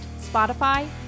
Spotify